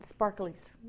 sparklies